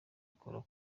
ikora